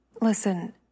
Listen